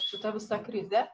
šita visa krizė